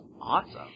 Awesome